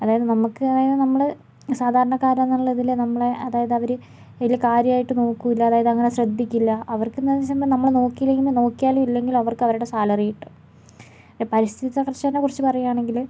അതായത് നമ്മൾക്ക് അതായത് നമ്മൾ സാധാരണക്കാരാണെന്നുള്ള ഇതിൽ നമ്മളെ അതായത് അവർ വലിയ കാര്യമായിട്ട് നോക്കില്ല അതായത് അങ്ങനെ ശ്രദ്ധിക്കില്ല അവർക്കെന്നു വച്ചിട്ടുണ്ടെങ്കിൽ നമ്മൾ നോക്കിയില്ലെങ്കിലും നോക്കിയാലും ഇല്ലെങ്കിലും അവർക്ക് അവരുടെ സാലറി കിട്ടും പക്ഷേ പരിസ്ഥിതിത്തകർച്ചയെക്കുറിച്ച് പറയുകയാണെങ്കിൽ